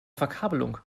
verkabelung